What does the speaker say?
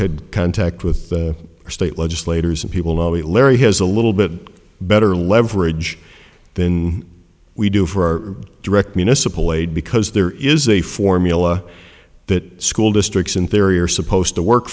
had contact with the state legislators and people larry has a little bit better leverage than we do for our direct municipal aid because there is a formula that school districts in theory are supposed to work